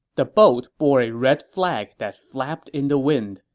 the boat bore a red flag that flapped in the wind,